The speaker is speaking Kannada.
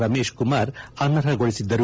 ರಮೇಶ್ ಕುಮಾರ್ ಅನರ್ಹಗೊಳಿಸಿದ್ದರು